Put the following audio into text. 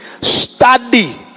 Study